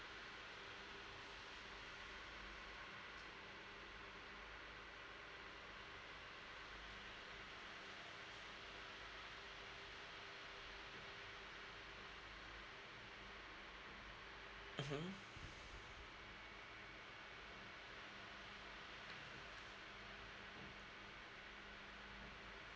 mmhmm